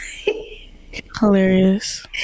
hilarious